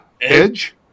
Edge